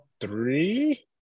three